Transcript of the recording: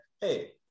Hey